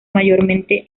mayormente